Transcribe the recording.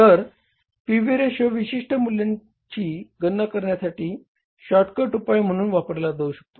तर P V ratio विशिष्ट मूल्यांची गणना करण्यासाठी शॉर्टकट उपाय म्हणून वापरला जाऊ शकतो